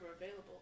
available